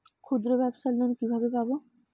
ক্ষুদ্রব্যাবসার লোন কিভাবে পাব?